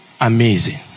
Amazing